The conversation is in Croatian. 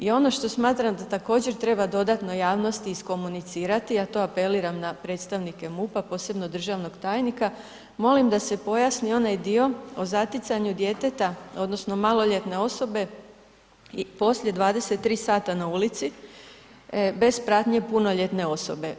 I ono što smatram da također treba dodatno javnosti iskomunicirati, a to apeliram na predstavnike MUP-a, posebno državnog tajnika, molim da se pojasni onaj dio o zaticanju djeteta, odnosno maloljetne osobe poslije 23 sata na ulici bez pratnje punoljetne osobe.